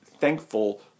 thankful